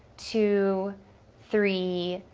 two three,